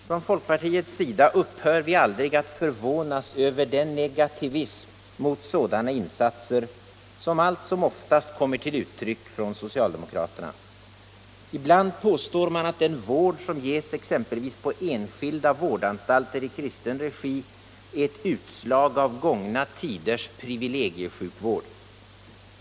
Från folkpartiets sida upphör vi aldrig att förvånas över den negativism mot sådana insatser som allt som oftast kommer till uttryck från socialdemokraterna. Ibland påstår man att den vård som ges exempelvis på enskilda vårdanstalter i kristen regi är ett utslag av gångna tiders privilegiesjukvård.